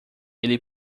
ele